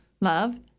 love